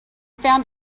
found